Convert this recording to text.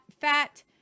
fat